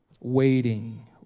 Waiting